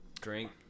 drink